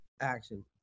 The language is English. Action